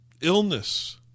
illness